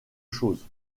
chose